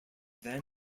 then